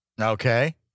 Okay